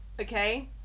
Okay